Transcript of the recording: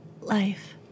life